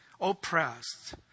oppressed